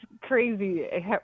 crazy